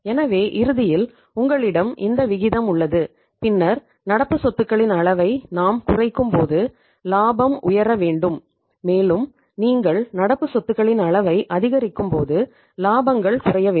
எனவே இறுதியில் உங்களிடம் இந்த விகிதம் உள்ளது பின்னர் நடப்பு சொத்துகளின் அளவை நாம் குறைக்கும் பொது இலாபம் உயர வேண்டும் மேலும் நீங்கள் நடப்பு சொத்துக்களின் அளவை அதிகரிக்கும்போது இலாபங்கள் குறைய வேண்டும்